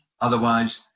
Otherwise